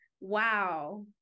wow